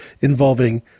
involving